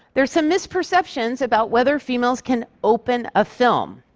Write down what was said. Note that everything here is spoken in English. there's some misperceptions about whether females can open a film.